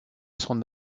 son